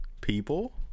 people